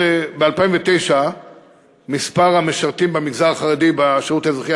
ב-2009 מספר המשרתים מהמגזר החרדי בשירות האזרחי